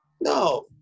no